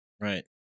Right